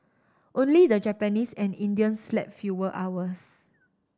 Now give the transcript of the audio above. only the Japanese and Indians slept fewer hours